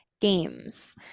games